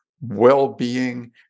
well-being